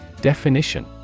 Definition